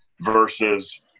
versus